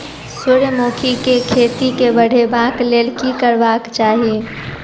सूर्यमुखी केँ खेती केँ बढ़ेबाक लेल की करबाक चाहि?